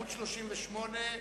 סעיף 1,